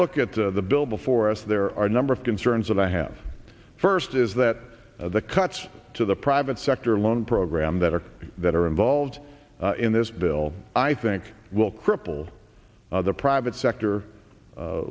look at the bill before us there are a number of concerns that i have first is that the cuts to the private sector loan program that are that are involved in this bill i think will cripple the private sector